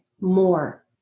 more